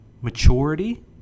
maturity